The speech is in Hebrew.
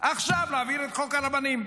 עכשיו נעביר את חוק הרבנים.